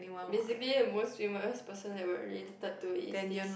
basically the most famous person that we're related to is this